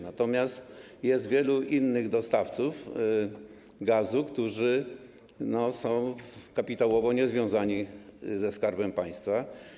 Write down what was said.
Natomiast jest wielu innych dostawców gazu, którzy nie są kapitałowo związani ze Skarbem Państwa.